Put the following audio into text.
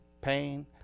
Pain